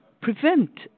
prevent